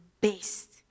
best